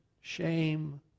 shame